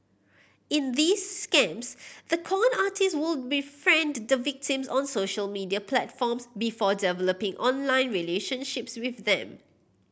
in these scams the con artist would befriend the victims on social media platforms before developing online relationships with them